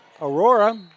Aurora